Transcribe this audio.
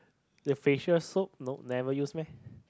the facial soap nope never use meh